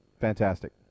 Fantastic